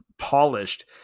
polished